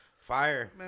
Fire